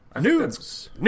News